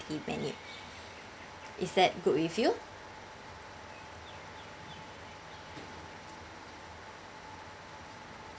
the menu is that good with you